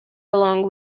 along